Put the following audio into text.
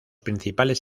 principales